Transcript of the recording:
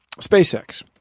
SpaceX